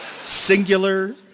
Singular